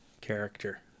character